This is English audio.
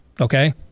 okay